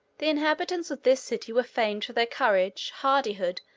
the inhabitants of this city were famed for their courage, hardihood,